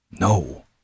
No